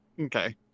Okay